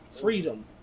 freedom